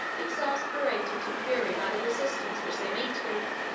exasperated to fury by the resistance which they meet with,